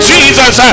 Jesus